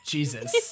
Jesus